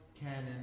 canon